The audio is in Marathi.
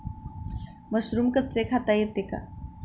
मशरूम कच्चे खाता येते का?